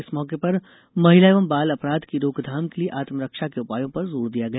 इस मौके पर महिला एवं बाल अपराध की रोकथाम के लिये आत्मरक्षा के उपायों पर जोर दिया गया